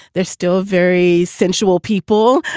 they're still very sensual people.